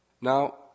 Now